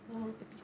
so